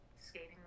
skating